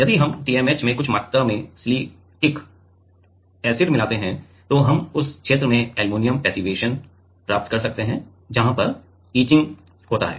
यदि हम TMAH में कुछ मात्रा में सिलिकिक एसिड मिलाते हैं तो हम उस क्षेत्र में एल्युमीनियम पैस्सिवेशन प्राप्त कर सकते हैं जहां यह इचिंग होता है